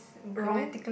wrong